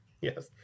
Yes